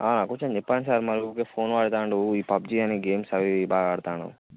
కొంచెం చెప్పండి సార్ మరి ఉరికే ఫోన్ వాడతున్నాడు ఊకే ఈ పబ్జీ అని గేమ్స్ అని అవి ఇవి బాగా ఆడుతున్నాడు